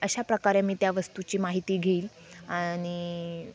अशा प्रकारे मी त्या वस्तूची माहिती घेईल आणि